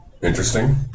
Interesting